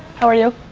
how are you?